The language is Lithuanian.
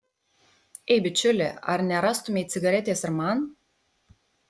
ei bičiuli ar nerastumei cigaretės ir man